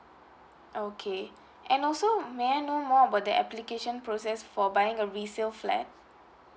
okay and also may I know more about the application process for buying a resale flat